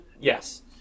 yes